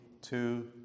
two